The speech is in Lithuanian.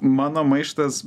mano maištas